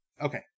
Okay